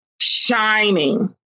shining